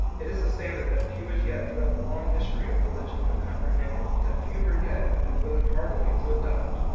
it is a standard that few as yet throughout the long history of religion have comprehended, that fewer yet have been willing heartily to adopt.